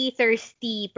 thirsty